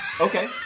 okay